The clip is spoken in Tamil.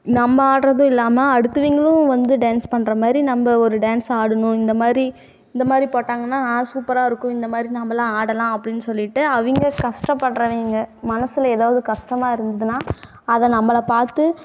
நம்ம ஆடுறதும் இல்லாமல் அடுத்தவங்களும் வந்து டான்ஸ் பண்ணுற மாதிரி நம்ம ஒரு டான்ஸ் ஆடணும் இந்த மாதிரி இந்த மாதிரி போட்டாங்கனால் ஆ சூப்பராக இருக்கும் இந்த மாதிரி நாமளெலாம் ஆடலாம் அப்படின்னு சொல்லிட்டு அவங்க கஷ்டப்பட்றவங்க மனசில் ஏதாவது கஷ்டமா இருந்ததுனால் அதை நம்மளை பார்த்து